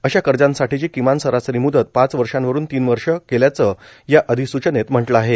अशा कर्जांसाठीची किमान सरासरी मुदत पाच वर्षावरून तीन वर्षे केल्याचं या अधिसूचनेत म्हटलं आहे